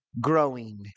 growing